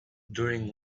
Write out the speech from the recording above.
during